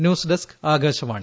news desk Akashvani